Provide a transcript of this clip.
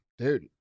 dude